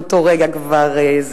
באותו רגע זה כבר,